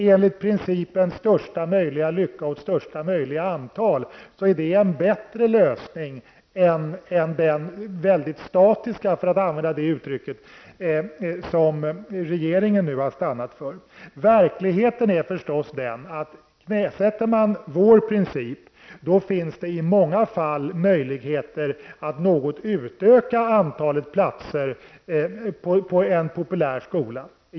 Enligt principen största möjliga lycka åt största möjliga antal, är det en bättre lösning än att välja statiska lösningar som regeringen har stannat för. Verkligheten är att om vår princip knäsätts, finns det i många fall möjligheter att något utöka antalet platser i en populär skola.